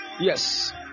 Yes